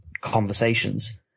conversations